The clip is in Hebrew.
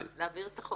להעביר את החוק.